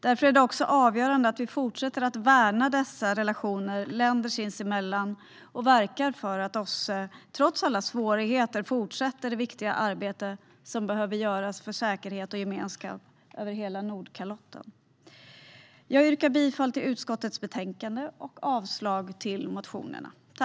Därför är det också avgörande att vi fortsätter att värna dessa relationer länder sinsemellan och verkar för att OSSE trots alla svårigheter fortsätter det viktiga arbete som behöver göras för säkerhet och gemenskap över hela Nordkalotten. Jag yrkar bifall till förslaget i utskottets betänkande och avslag på motionerna.